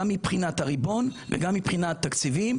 הן מבחינת הריבון והן מבחינת תקציבים,